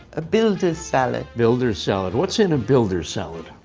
ah builder's salad. builders salad. what's in a builder's salad.